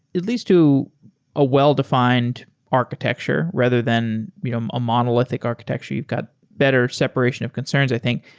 at least to a well-defined architecture, rather than you know um a monolithic architecture, you've got better separation of concerns, i think.